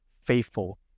faithful